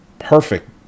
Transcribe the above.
perfect